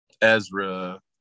Ezra